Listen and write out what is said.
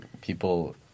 people